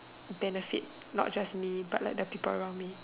benefit not just me but like the people around me